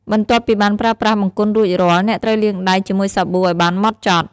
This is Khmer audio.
បន្ទាប់ពីបានប្រើប្រាស់បង្គន់រួចរាល់ អ្នកត្រូវលាងដៃជាមួយសាប៊ូឱ្យបានហ្មត់ចត់។